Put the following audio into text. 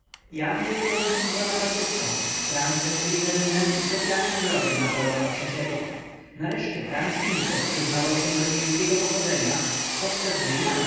jan był gorącym bonapartystą franc republikaninem i specyalnym wrogiem napoleona iii nareszcie franc mincel przyznawał się do niemieckiego pochodzenia podczas gdy jan